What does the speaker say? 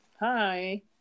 hi